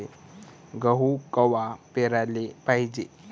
गहू कवा पेराले पायजे?